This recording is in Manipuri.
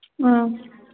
ꯑꯥ